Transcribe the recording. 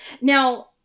Now